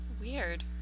Weird